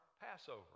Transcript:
Passover